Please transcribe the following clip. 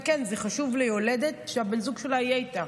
וכן, זה חשוב ליולדת שבן הזוג שלה יהיה איתה,